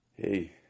Hey